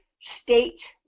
state